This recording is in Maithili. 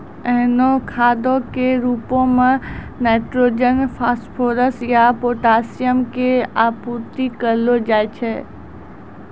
एहनो खादो के रुपो मे नाइट्रोजन, फास्फोरस या पोटाशियम के आपूर्ति करलो जाय छै